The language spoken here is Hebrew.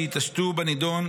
שיתעשתו בנדון.